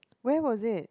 where was it